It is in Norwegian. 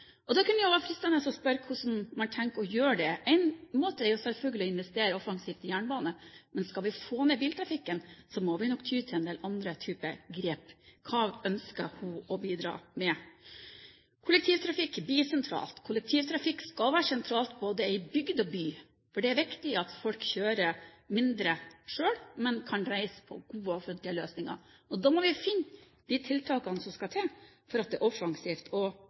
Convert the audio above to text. Da kan det være fristende å spørre hvordan man har tenkt å gjøre det. En måte er jo selvfølgelig å investere offensivt i jernbanen, men skal vi få ned biltrafikken, må vi nok ty til en del andre grep. Hva ønsker hun å bidra med? Kollektivtrafikk blir sentralt. Kollektivtrafikk skal være sentralt både i bygd og by, for det er viktig at folk kjører mindre selv, men kan reise med gode, offentlige løsninger. Da må vi finne de tiltakene som skal til for at det er offensivt og positivt å